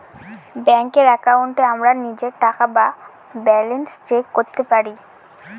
ব্যাঙ্কের একাউন্টে আমরা নিজের টাকা বা ব্যালান্স চেক করতে পারি